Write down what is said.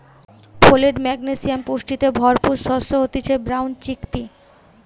folate, magnesium পুষ্টিতে ভরপুর শস্য হতিছে ব্রাউন চিকপি